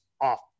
off